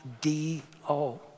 D-O